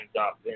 up